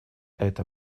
эта